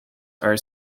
are